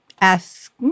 ask